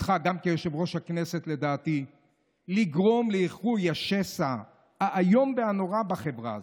תפקידך כיושב-ראש הכנסת לגרום לאיחוי השסע האיום והנורא בחברה הזאת.